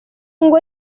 ngo